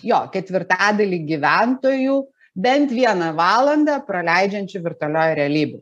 jo ketvirtadalį gyventojų bent vieną valandą praleidžiančių virtualioj realybėj